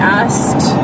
asked